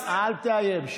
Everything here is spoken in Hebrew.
אל תאיים.